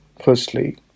firstly